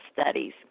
studies